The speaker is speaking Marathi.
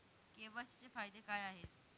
के.वाय.सी चे फायदे काय आहेत?